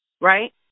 right